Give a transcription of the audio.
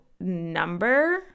number